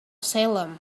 salem